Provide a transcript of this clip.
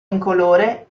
incolore